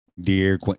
dear